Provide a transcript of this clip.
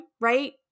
Right